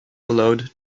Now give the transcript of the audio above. allowed